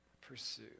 pursue